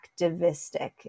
activistic